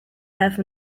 have